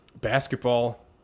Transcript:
basketball –